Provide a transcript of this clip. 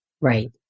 Right